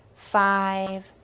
five,